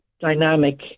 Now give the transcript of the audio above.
dynamic